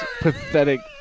pathetic